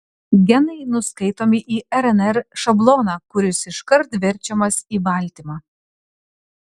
genai nuskaitomi į rnr šabloną kuris iškart verčiamas į baltymą